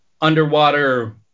underwater